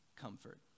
comfort